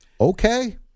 Okay